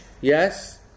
Yes